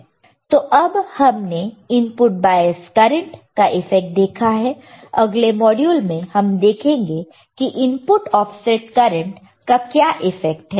तो अब हमने इनपुट बॉयस करंट का इफेक्ट देखा है अगले मॉड्यूल में हम देखेंगे कि इनपुट ऑफसेट करंट का क्या इफ़ेक्ट है